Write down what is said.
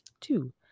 Two